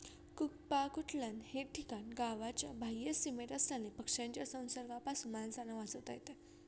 कुक्पाकुटलन हे ठिकाण गावाच्या बाह्य सीमेत असल्याने पक्ष्यांच्या संसर्गापासून माणसांना वाचवता येते